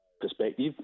perspective